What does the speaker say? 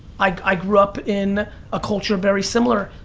i grew up in a culture very similar.